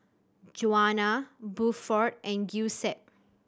Juana Buford and Giuseppe